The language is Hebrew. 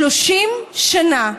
30 שנה,